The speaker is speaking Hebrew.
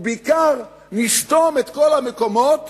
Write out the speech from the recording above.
ובעיקר, נסתום את כל המקומות